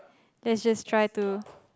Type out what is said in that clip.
let's just try to